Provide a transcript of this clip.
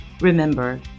Remember